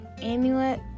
Amulet